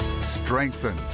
strengthen